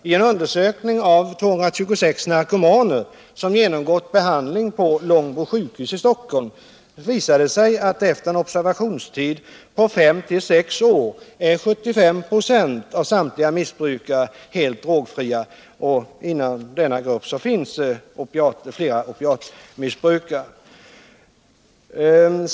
I en undersökning av 226 narkomaner som hade genomgått behandling på Långbro sjukhus i Stockholm visade det sig att efter en observationstid på 5-6 år var 75 26 av samtliga missbrukare helt drogfria. Inom denna grupp fanns det flera opiatmissbrukare.